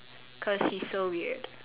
cause he's so weird